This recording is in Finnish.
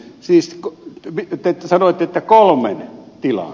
siis te sanoitte kolmen tilan